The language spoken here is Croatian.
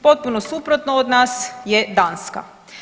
Potpuno suprotno od nas je Danska.